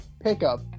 pickup